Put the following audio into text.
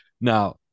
now